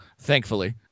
Thankfully